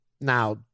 Now